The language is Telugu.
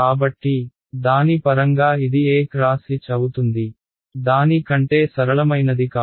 కాబట్టి దాని పరంగా ఇది E x H అవుతుంది దాని కంటే సరళమైనది కాదు